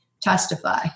testify